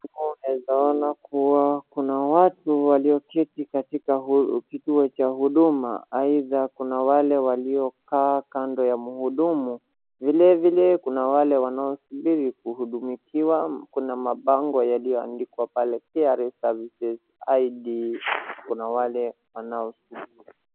Hapo unaweza ona kuwa kuna watu walioketi katika kituo cha huduma, aidha kuna wale waliokaa kando ya mhudumu, vilevile kuna wale wanaosubiri kudumikiwa, kuna mabango yaliyoandikwa pale kra services, ID kuna wale wanao...